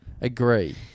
Agree